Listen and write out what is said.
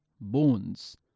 bones